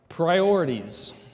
Priorities